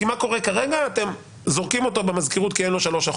כי כרגע אתם זורקים אותו במזכירות כי אין לו 3%,